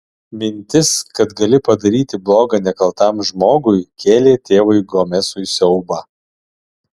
mintis kad gali padaryti bloga nekaltam žmogui kėlė tėvui gomesui siaubą